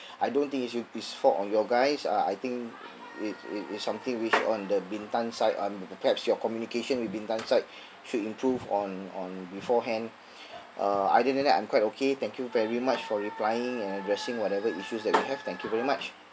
I don't think is you is fault on your guys uh I think it it is something which on the bintan side um perhaps your communication with bintan side should improve on on beforehand uh other than that I'm quite okay thank you very much for replying and addressing whatever issues that we have thank you very much